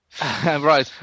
Right